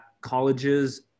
colleges